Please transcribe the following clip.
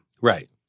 Right